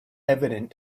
evident